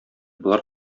болар